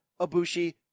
Abushi